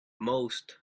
most